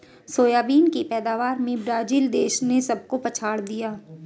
soybean की पैदावार में ब्राजील देश ने सबको पछाड़ दिया